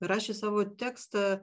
rašė savo tekstą